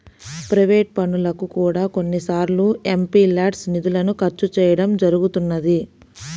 private పనులకు కూడా కొన్నిసార్లు ఎంపీల్యాడ్స్ నిధులను ఖర్చు చేయడం జరుగుతున్నది